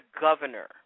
governor